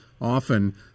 often